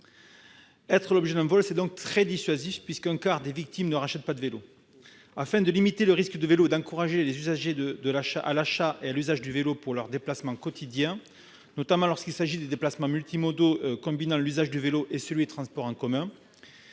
Être l'objet d'un vol est très dissuasif puisqu'un quart des victimes ne rachètent pas de vélo. Afin de limiter le risque de vol et d'encourager les usagers à l'achat et à l'usage du vélo pour leurs déplacements quotidiens, notamment lorsqu'il s'agit de déplacements multimodaux combinant l'usage du vélo et celui des transports en commun,